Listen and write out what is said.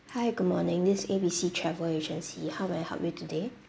hi good morning this is A B C travel agency how may I help you today